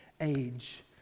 age